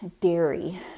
dairy